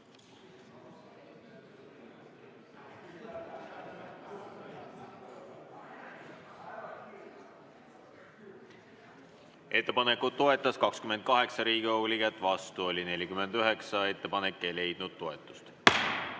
Ettepanekut toetas 28 Riigikogu liiget, vastu oli 49. Ettepanek ei leidnud toetust.